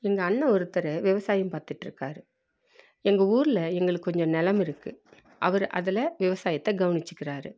எங்கள் அண்ண ஒருத்தர் விவசாயம் பார்த்துட்டுருக்காரு எங்கள் ஊரில் எங்களுக்கு கொஞ்சம் நிலம் இருக்குது அவர் அதில் விவசாயத்தை கவனிச்சிக்குறாரு